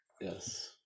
Yes